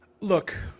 Look